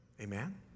Amen